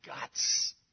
guts